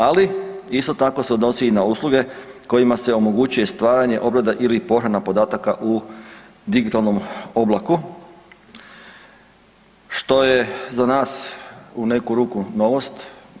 Ali isto tako se odnosi i na usluge kojima se omogućuje stvaranje, obrada ili pohrana podataka u digitalnom oblaku, što je za nas u neku ruku novost.